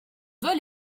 doit